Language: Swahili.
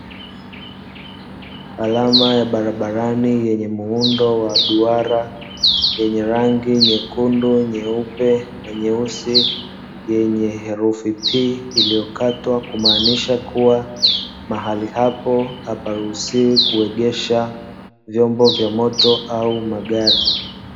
Alama ya barabarani yenye muundo wa duara yenye rangi nyekundu, nyeupe na nyeusi yenye herufi p iliyokatwa ikimaanisha kuwa mahali hapo haparuhusi kuegesha vyombo vya moto au magari.